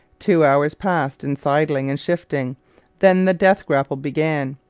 two hours passed in sidling and shifting then the death grapple began.